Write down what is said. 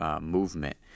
movement